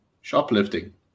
shoplifting